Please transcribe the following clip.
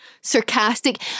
sarcastic